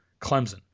Clemson